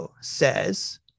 says